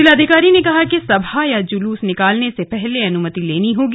जिलाधिकारी ने कहा कि सभा या जूलूस निकालने से पहले अनुमति लेनी होगी